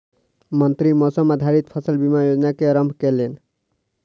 मंत्री मौसम आधारित फसल बीमा योजना के आरम्भ केलैन